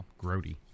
grody